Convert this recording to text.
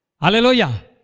Hallelujah